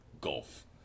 golf